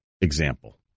example